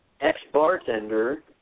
ex-bartender